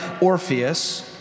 Orpheus